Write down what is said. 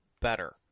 better